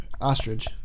ostrich